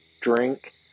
drink